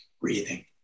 breathing